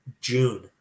June